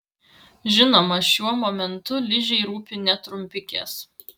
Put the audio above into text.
žinoma šiuo momentu ližei rūpi ne trumpikės